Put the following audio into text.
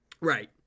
Right